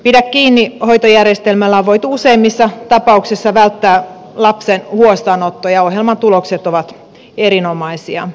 pidä kiinni hoitojärjestelmällä on voitu useimmissa tapauksissa välttää lapsen huostaanotto ja ohjelman tulokset ovat erinomaisia